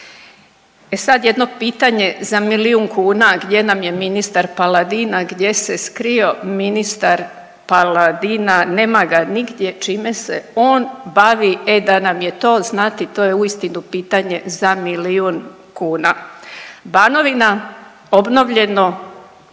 E sad jedno pitanje za milijun kuna, a gdje nam je ministar Paladina, gdje se skrio ministar Paladina? Nema ga nigdje. Čime se on bavi? E da nam je to znati, to je uistinu pitanje za milijun kuna. Banovina, obnovljeno